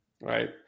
Right